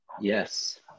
yes